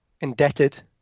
indebted